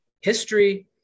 history